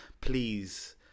please